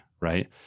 right